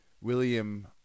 William